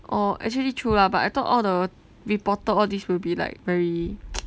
orh actually true lah but I thought all the reporter all this will be like very